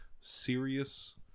serious